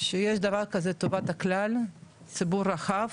שיש דבר כזה שנקרא טובת הכלל, הציבור הרחב,